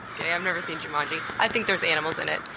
just kidding. i've never seen jumanji. i think there's animals in it.